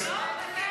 ולא מתאים לשר.